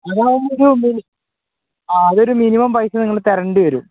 അതാകുമ്പോൾ ഒരു ആ അതൊരു മിനിമം പൈസ നിങ്ങൾ തരേണ്ടി വരും